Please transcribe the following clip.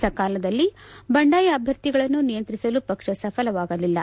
ಸಕಾಲದಲ್ಲಿ ಬಂಡಾಯ ಅಭ್ಯರ್ಥಿಗಳನ್ನು ನಿಯಂತ್ರಿಸಲು ಪಕ್ಷ ಸಫಲವಾಗಲಿಲ್ಲ